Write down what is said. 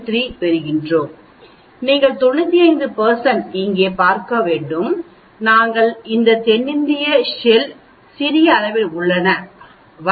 73 பெறுகிறோம் நீங்கள் 95 இங்கே பார்க்க வேண்டும் நாங்கள் இந்த தென்னிந்திய செல் சிறிய அளவில் உள்ளனவா